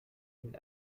این